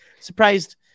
surprised